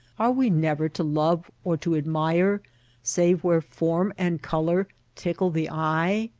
are we never to love or to admire save where form and color tickle the eye?